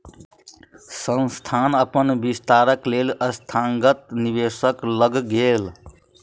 संस्थान अपन विस्तारक लेल संस्थागत निवेशक लग गेल